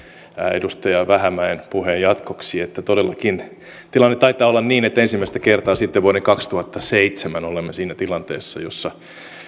edustaja vähämäen puheen jatkoksi että todellakin tilanne taitaa olla niin että ensimmäistä kertaa sitten vuoden kaksituhattaseitsemän olemme siinä tilanteessa jossa